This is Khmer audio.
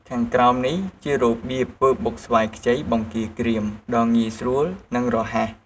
ខាងក្រោមនេះ ជារបៀបធ្វើបុកស្វាយខ្ចីបង្គាក្រៀមដ៏ងាយស្រួល និងរហ័ស។